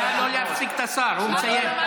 נא לא להפסיק את השר, הוא מסיים.